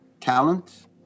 talent